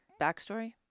backstory